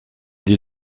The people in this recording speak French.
des